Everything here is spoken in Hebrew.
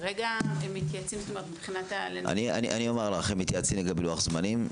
כרגע הם מתייעצים לגבי לוח זמנים.